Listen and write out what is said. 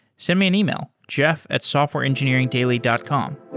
send me an email, jeff at softwareengineeringdaily dot com.